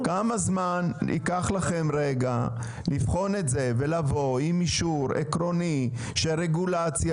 כמה זמן ייקח לכם רגע לבחון את זה ולבוא עם אישור עקרוני של רגולציה,